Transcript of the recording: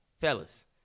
Fellas